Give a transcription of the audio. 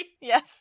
Yes